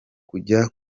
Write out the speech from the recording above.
kujya